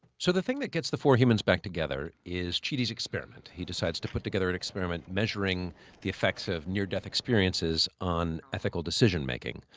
so the thing that gets the four humans back together is chidi's experiment. he decides to put together an experiment measuring the effects of near-death experiences on ethical decision-making.